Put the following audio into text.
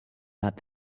that